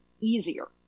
easier